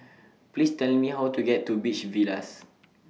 Please Tell Me How to get to Beach Villas